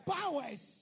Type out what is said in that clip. Powers